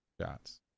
shots